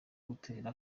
gutera